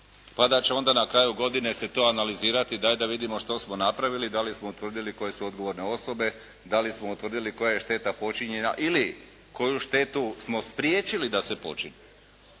pa da će onda na kraju godine se to analizirati daj da vidimo što smo napravili, da li smo utvrdili koje su odgovorne osobe, da li smo utvrdili koja je šteta počinjena ili koju štetu smo spriječili da se počini?